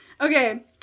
Okay